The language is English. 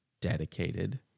dedicated